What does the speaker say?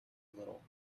little